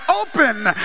open